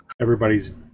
Everybody's